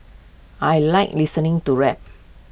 I Like listening to rap